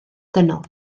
dynol